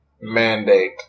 mandate